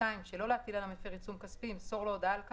שלא להטיל על המפר עיצום כספי ימסור לו הודעה על כך,